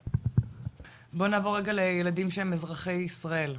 בוא נעבור רגע לילדים שהם אזרחי ישראל,